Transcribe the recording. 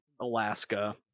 Alaska